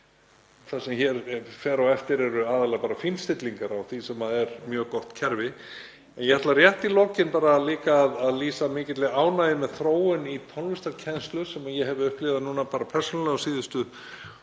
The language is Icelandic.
Það sem hér fer á eftir eru aðallega bara fínstillingar á því sem er mjög gott kerfi. Ég ætla rétt í lokin líka að lýsa mikilli ánægju með þróun í tónlistarkennslu sem ég hef upplifað bara persónulega á síðustu